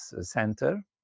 Center